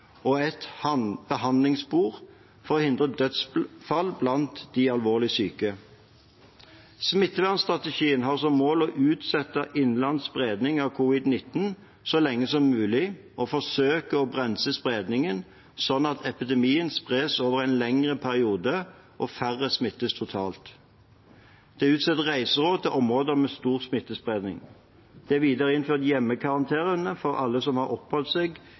og et behandlingsspor for å hindre dødsfall blant de alvorlig syke. Smittevernstrategien har som mål å utsette innenlands spredning av covid-19 så lenge som mulig og forsøke å bremse spredningen, slik at epidemien spres over en lengre periode og færre smittes totalt. Det er utstedt reiseråd til områder med stor smittespredning. Det er videre innført hjemmekarantene for alle som har oppholdt seg